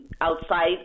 outside